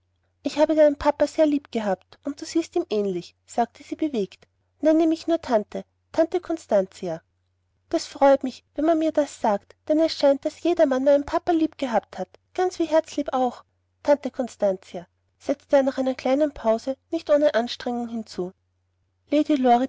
ich habe deinen armen papa sehr lieb gehabt und du siehst ihm ähnlich sagte sie bewegt nenne du mich nur tante tante constantia das freut mich wenn man mir das sagt denn es scheint daß jedermann meinen papa lieb gehabt hat ganz wie herzlieb auch tante constantia setzte er nach einer kleinen pause nicht ohne anstrengung hinzu lady